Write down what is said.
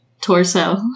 torso